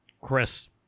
Chris